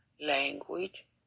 language